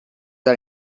are